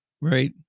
right